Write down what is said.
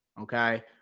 okay